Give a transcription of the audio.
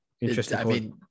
interesting